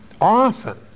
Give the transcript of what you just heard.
often